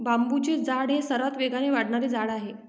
बांबूचे झाड हे सर्वात वेगाने वाढणारे झाड आहे